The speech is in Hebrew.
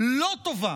לא טובה